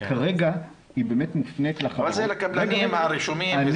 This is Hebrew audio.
כרגע היא באמת מופנית לחברות --- אבל זה לקבלנים הרשומים,